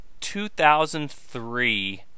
2003